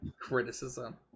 Criticism